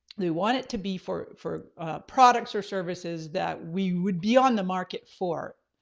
we want it to be for for products or services that we would be on the market for.